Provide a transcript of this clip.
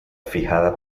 fijada